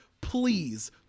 please